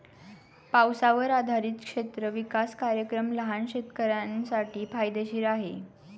पावसावर आधारित क्षेत्र विकास कार्यक्रम लहान शेतकऱ्यांसाठी फायदेशीर आहे